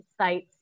sites